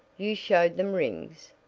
you showed them rings?